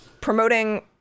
Promoting